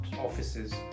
offices